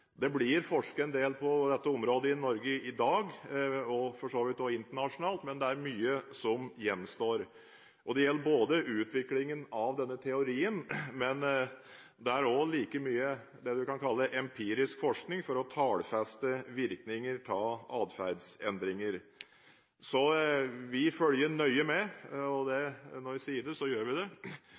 Det blir forsket en del på dette området i Norge i dag, og for så vidt også internasjonalt, men det er mye som gjenstår. Det gjelder både utviklingen av denne teorien, men det er også like mye det man kan kalle empirisk forskning for å tallfeste virkninger av atferdsendringer. Så vi følger nøye med – og når jeg sier det, så gjør vi det